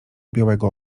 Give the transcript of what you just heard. białego